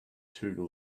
two